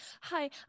Hi